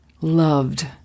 loved